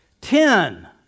Ten